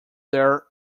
their